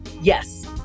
yes